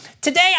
today